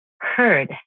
Heard